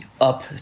Up